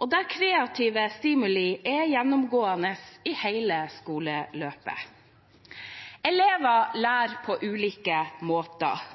og der kreative stimuli er gjennomgående i hele skoleløpet. Elever lærer på ulike måter,